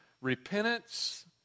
repentance